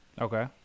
okay